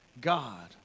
God